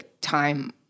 time